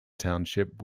township